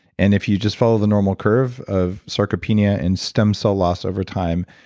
and if you just follow the normal curve of sarcopenia and stem cell loss over time,